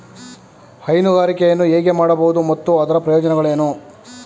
ಹೈನುಗಾರಿಕೆಯನ್ನು ಹೇಗೆ ಮಾಡಬಹುದು ಮತ್ತು ಅದರ ಪ್ರಯೋಜನಗಳೇನು?